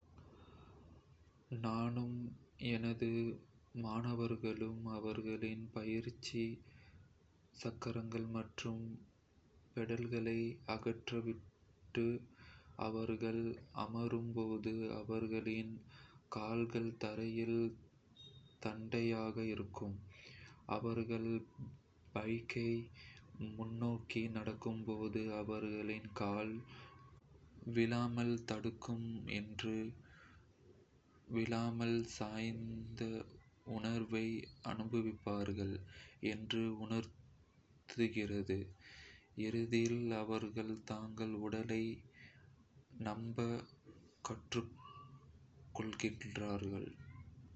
நானும் எனது மாணவர்களும் அவர்களின் பயிற்சி சக்கரங்கள் மற்றும் பெடல்களை அகற்றிவிட்டு, அவர்கள் அமரும் போது அவர்களின் கால்கள் தரையில் தட்டையாக இருக்கும். அவர்கள் பைக்கை முன்னோக்கி நடக்கும்போது அவர்களின் கால்கள் விழாமல் தடுக்கும் என்றும், விழாமல் சாய்ந்த உணர்வை அனுபவிப்பார்கள் என்றும் உறுதியளிக்கிறேன். இறுதியில், அவர்கள் தங்கள் உடலை நம்ப கற்றுக்கொள்கிறார்கள்